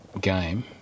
game